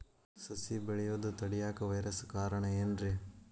ಸಸಿ ಬೆಳೆಯುದ ತಡಿಯಾಕ ವೈರಸ್ ಕಾರಣ ಏನ್ರಿ?